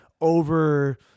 over